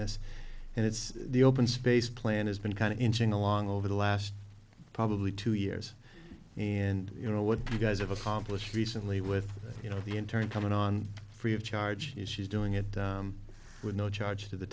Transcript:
this and it's the open space plan has been kind of inching along over the last probably two years and you know what you guys have accomplished recently with you know the interne coming on free of charge if she's doing it with no charge to the